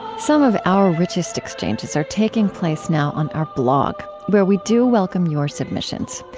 some of our richest exchanges are taking place now on our blog where we do welcome your submissions.